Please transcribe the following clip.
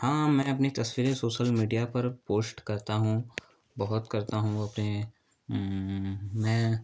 हाँ मैं अपनी तस्वीरें सोसल मीडिया पर पोश्ट करता हूँ बहुत करता हूँ अपने मैं